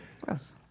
gross